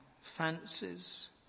fancies